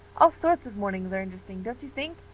all sorts of mornings are interesting, don't you think?